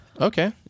Okay